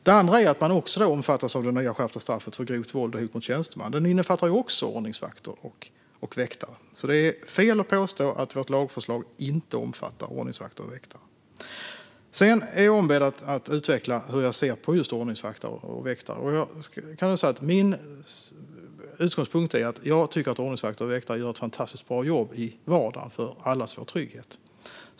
Det andra är att man också omfattas av det nya skärpta straffet för grovt våld och hot mot tjänsteman. Det innefattar också ordningsvakter och väktare. Det är alltså fel att påstå att vårt lagförslag inte omfattar ordningsvakter och väktare. Jag är ombedd att utveckla hur jag ser på just ordningsvakter och väktare. Min utgångspunkt är att de gör ett fantastiskt bra jobb i vardagen för allas vår trygghet.